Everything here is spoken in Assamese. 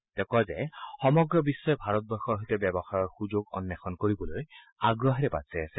তেওঁ কয় যে সমগ্ৰ বিশ্বই ভাৰতবৰ্ষৰ সৈতে ব্যৱসায়ৰ সুযোগ অন্বেষণ কৰিবলৈ আগ্ৰহেৰে বাট চাই আছে